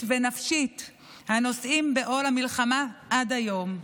ונפשית הנושאים בעול המלחמה עד היום.